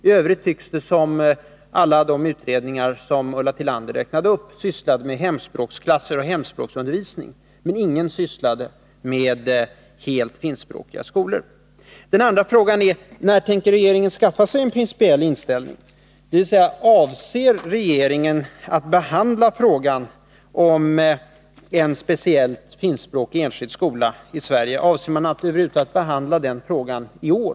I övrigt tycks det vara så att alla de utredningar som Ulla Tillander räknade upp sysslar med hemspråksklasser och hemspråksundervisning. Ingen av dem sysslar med frågan om helt finskspråkiga skolor. Min andra fråga är: När tänker regeringen skaffa sig en principiell inställning? Eller: Avser regeringen att över huvud taget behandla frågan om en helt finskspråkig enskild skola i Sverige? Avser man att behandla den frågan i år?